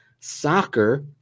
Soccer